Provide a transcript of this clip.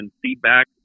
feedback